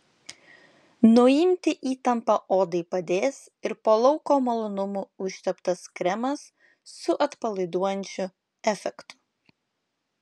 nuimti įtampą odai padės ir po lauko malonumų užteptas kremas su atpalaiduojančiu efektu